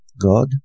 God